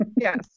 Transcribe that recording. Yes